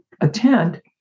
attend